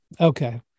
Okay